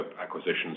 acquisitions